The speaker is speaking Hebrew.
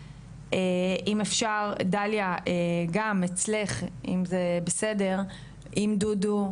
אם אפשר גליה גם אצלך אם זה בסדר עם דודו,